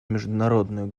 международную